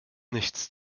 nichts